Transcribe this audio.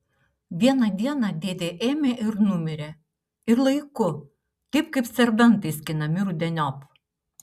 vieną dieną dėdė ėmė ir numirė ir laiku taip kaip serbentai skinami rudeniop